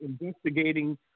investigating